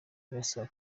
ibasaba